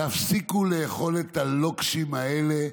תפסיקו לאכול את הלוקשים האלה.